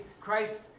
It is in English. Christ